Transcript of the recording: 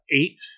eight